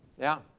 yeah?